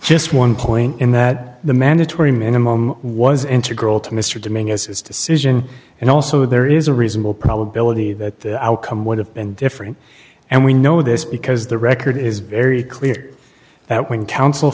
just one point in that the mandatory minimum was integral to mr dominguez is to susan and also there is a reasonable probability that the outcome would have been different and we know this because the record is very clear that when coun